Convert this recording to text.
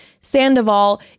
Sandoval